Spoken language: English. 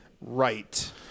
right